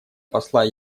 посла